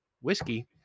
whiskey